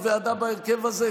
אחת, שיש בה ועדה בהרכב הזה?